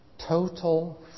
Total